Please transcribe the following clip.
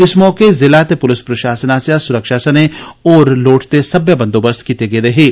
इस मौके ज़िला ते पुलस प्रशासन आस्सेआ सुरक्षा सनें होर लोड़चदे सब्बै बंदोबस्त कीते गेदे हे